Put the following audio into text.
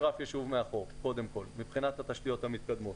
אף ישוב מאחור מבחינת התשתיות המתקדמות.